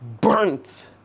Burnt